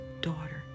daughter